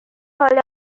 حال